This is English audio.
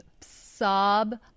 sob